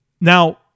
Now